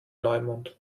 neumond